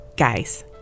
Guys